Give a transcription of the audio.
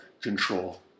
control